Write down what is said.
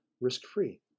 risk-free